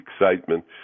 excitement